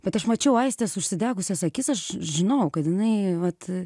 bet aš mačiau aistės užsidegusias akis aš žinojau kad jinai vat